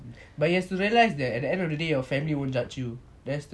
but he has to realise that at the end of the day only your family won't judge you that's the main thing